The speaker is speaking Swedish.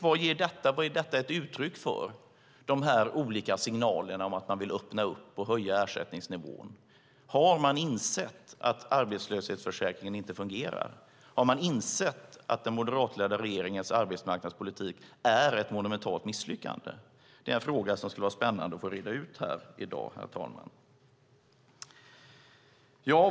Vad är detta i övrigt ett uttryck för, de olika signalerna om att man vill öppna upp och höja ersättningsnivån? Har man insett att arbetslöshetsförsäkringen inte fungerar? Har man insett att den moderatledda regeringens arbetsmarknadspolitik är ett monumentalt misslyckande? Det är en fråga som det skulle vara spännande att få reda ut här i dag, herr talman.